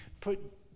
put